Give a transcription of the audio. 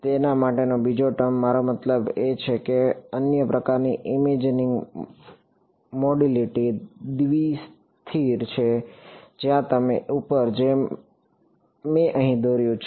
તેના માટેનો બીજો ટર્મ મારો મતલબ છે કે અન્ય પ્રકારની ઇમેજિંગ મોડલિટી દ્વિ સ્થિર છે જ્યાં તમે ઉપરની જેમ મેં અહીં દોર્યું છે